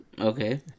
Okay